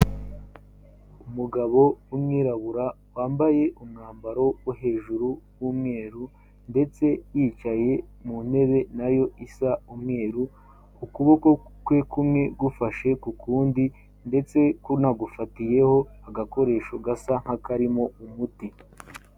Umugabo w'umwirabura wambaye umwambaro wo hejuru w'umweru ndetse yicaye mu ntebe nayo isa umweru, ukuboko kwe kumwe gufashe k'ukundi ndetse kunagufatiyeho agakoresho gasa nk'akarimo umuti.